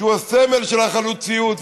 שהוא הסמל של החלוציות,